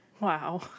Wow